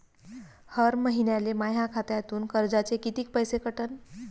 हर महिन्याले माह्या खात्यातून कर्जाचे कितीक पैसे कटन?